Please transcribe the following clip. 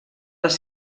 les